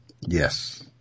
Yes